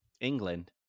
England